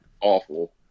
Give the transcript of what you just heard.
awful